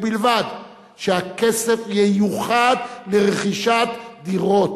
ובלבד שהכסף ייוחד לרכישת דירות.